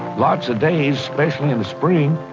lots of days, especially in the spring,